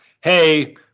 hey